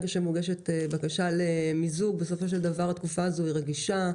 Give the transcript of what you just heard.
שמוגשת בקשה למיזוג מדובר בתקופה רגישה.